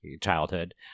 childhood